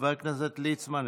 חבר הכנסת ליצמן,